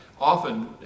often